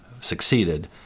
succeeded